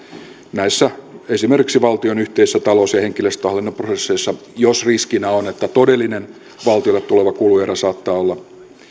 näissä valtion yhteisissä talous ja henkilöstöhallinnon prosesseissa jos riskinä on että todellinen valtiolle tuleva kuluerä saattaa olla